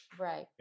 Right